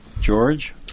George